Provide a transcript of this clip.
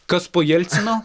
kas po jelcino